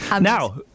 Now